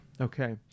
Okay